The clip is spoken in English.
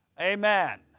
Amen